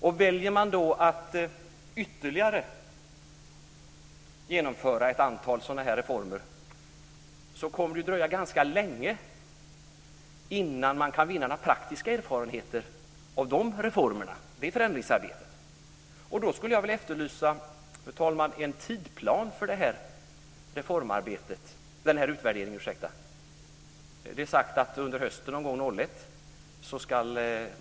Om man väljer att genomföra ett antal reformer kommer det att dröja ganska länge innan man kan vinna praktiska erfarenheter av det förändringsarbetet. Fru talman! Jag skulle vilja efterlysa en tidsplan för utvärderingen. Det är sagt att man ska starta under hösten 2001.